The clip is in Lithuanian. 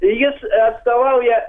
jis atstovauja